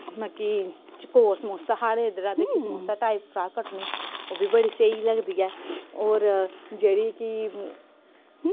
मतलब कि चकोर समोसा समोसा टाइप फ्राक कटनी ओह् बी बड़ी स्हेई लगदी ऐ होर जेह्ड़ी कि